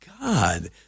God